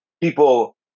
People